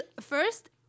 first